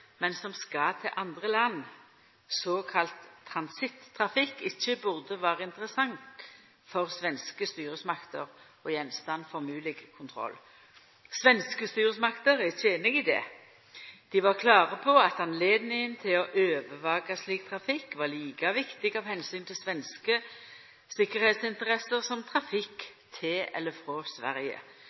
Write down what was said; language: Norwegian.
men som skal til andre land, såkalla transittrafikk, ikkje burde vera interessant for svenske styresmakter og gjenstand for mogleg kontroll. Svenske styresmakter er ikkje samde i det. Dei var klåre på at høvet til å overvaka slik trafikk var like viktig av omsyn til svenske tryggleiksinteresser som trafikk til eller frå Sverige.